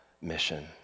mission